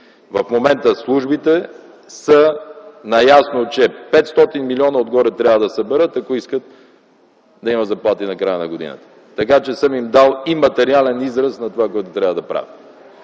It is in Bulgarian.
В момента службите са наясно, че трябва да съберат 500 милиона отгоре, ако искат да имат заплати в края на годината. Така че съм им дал и материален израз на това, което трябва да правят.